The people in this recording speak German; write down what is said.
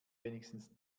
wenigstens